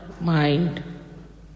mind